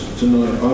tonight